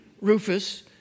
Rufus